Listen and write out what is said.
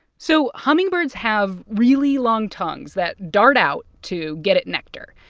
so hummingbirds have really long tongues that dart out to get at nectar.